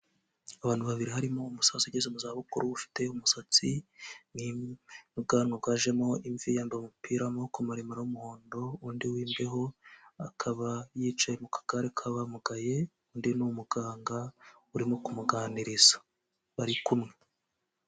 Abantu babiri harimo umusasu ugeze mu zabukuru, ufite umusatsi n' ubwanwa bwajemo imvi, yambaye umupira w'amaboko maremare w'umuhondo n'undi w'imbeho, akaba yicaye mu kagare k'abamugaye, undi ni umuganga urimo kumuganiriza bari kumwe.